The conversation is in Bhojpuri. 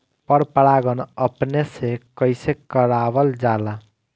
पर परागण अपने से कइसे करावल जाला?